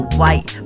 white